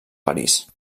parís